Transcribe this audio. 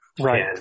Right